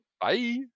bye